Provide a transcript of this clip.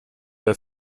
der